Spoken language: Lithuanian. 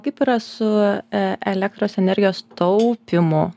kaip yra su e elektros energijos taupymu